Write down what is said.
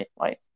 right